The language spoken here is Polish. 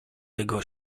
jego